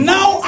Now